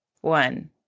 One